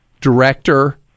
director